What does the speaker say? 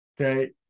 Okay